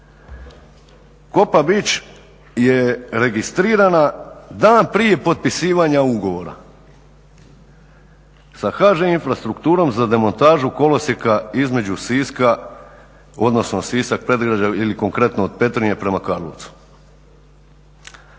Kopa Beach je registrirana dan prije potpisivanja ugovora sa HŽ infrastrukturom za montažu kolosijeka između Siska, odnosno Sisak-Podravlje ili konkretno od Petrinje prema Karlovcu.